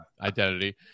identity